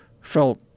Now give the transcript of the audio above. felt